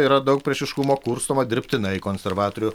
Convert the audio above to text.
yra daug priešiškumo kurstoma dirbtinai konservatorių